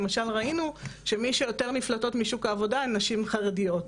למשל ראינו שמי שיותר נפלטות משוק העבודה הן נשים חרדיות.